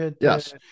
Yes